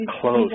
close